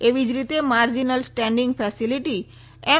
એવી જ રીતે માર્જિનલ સ્ટેન્ડીંગ ફેસીલીટી એમ